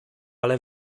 ale